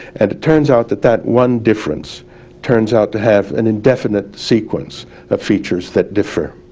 and it turns out that that one difference turns out to have an indefinite sequence of features that differ.